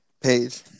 Page